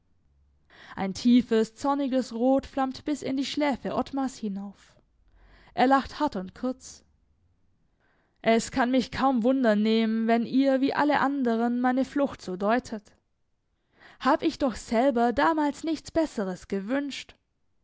ein tiefes zorniges rot flammt bis in die schläfe ottmars hinauf er lacht hart und kurz es kann mich kaum wunder nehmen wenn ihr wie alle anderen meine flucht so deutet hab ich doch selber damals nichts besseres gewünscht